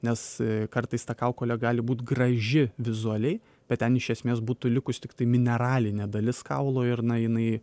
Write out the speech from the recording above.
nes kartais ta kaukolė gali būt graži vizualiai bet ten iš esmės būtų likus tiktai mineralinė dalis kaulo ir na jinai